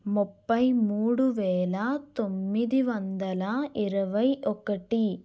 ముప్పై మూడు వేల తొమ్మిది వందల ఇరవై ఒకటి